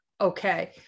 Okay